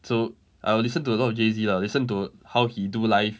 so I will listen to a lot of jay Z lah listen to how he do live